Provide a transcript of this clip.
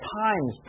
times